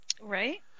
Right